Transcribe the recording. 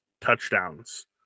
touchdowns